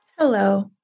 Hello